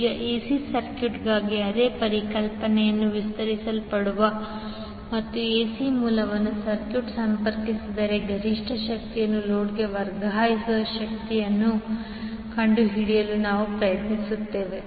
ಈಗ ಎಸಿ ಸರ್ಕ್ಯೂಟ್ಗಾಗಿ ಅದೇ ಪರಿಕಲ್ಪನೆಯು ವಿಸ್ತರಿಸಲ್ಪಡುತ್ತದೆ ಮತ್ತು ಎಸಿ ಮೂಲವನ್ನು ಸರ್ಕ್ಯೂಟ್ಗೆ ಸಂಪರ್ಕಿಸಿದರೆ ಗರಿಷ್ಠ ಶಕ್ತಿಯನ್ನು ಲೋಡ್ಗೆ ವರ್ಗಾಯಿಸುವ ಸ್ಥಿತಿಯನ್ನು ಕಂಡುಹಿಡಿಯಲು ನಾವು ಪ್ರಯತ್ನಿಸುತ್ತೇವೆ